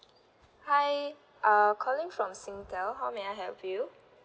hi uh calling from Singtel how may I help you